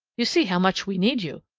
you see how much we need you.